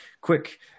Quick